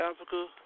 Africa